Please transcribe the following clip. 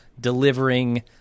delivering